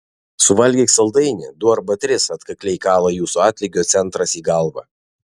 suvalgyk saldainį du arba tris atkakliai kala jūsų atlygio centras į galvą